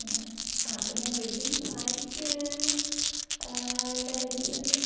പിന്നെ ആ പിന്നെ വെഡ്ഡിംഗ് സാരിക്ക് ഡ ഡിസൈൻ